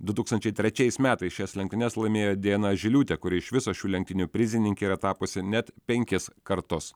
du tūkstančiai trečiais metais šias lenktynes laimėjo diana žiliūtė kuri iš viso šių lenktynių prizininke yra tapusi net penkis kartus